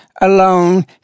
alone